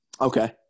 Okay